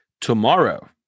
tomorrow